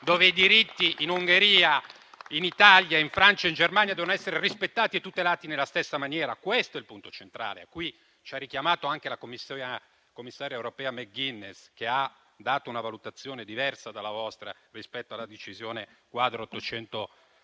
I diritti in Ungheria, in Italia, in Francia e in Germania devono essere rispettati e tutelati nella stessa maniera. Questo è il punto centrale, cui ci ha richiamato anche la commissaria europea McGuinness, che ha dato una valutazione diversa dalla vostra rispetto alla decisione quadro 829